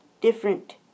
different